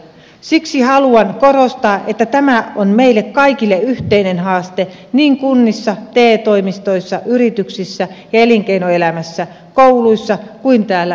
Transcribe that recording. siksi haluan korostaa että tämä on meille kaikille yhteinen haaste niin kunnissa te toimistoissa yrityksissä ja elinkeinoelämässä kouluissa kuin täällä eduskunnassakin